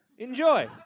Enjoy